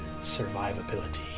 survivability